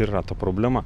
yra ta problema